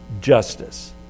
justice